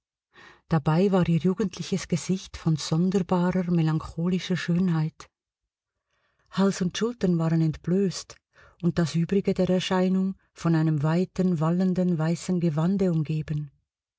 dabei war ihr jugendliches gesicht von sonderbarer melancholischer schönheit hals und schultern waren entblößt und das übrige der erscheinung von einem weiten wallenden weißen gewande umgeben